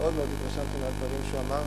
ומאוד מאוד התרשמתי מהדברים שהוא אמר.